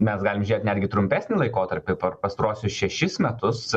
mes galim žiūrėt netgi trumpesnį laikotarpį per pastaruosius šešis metus